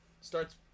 Starts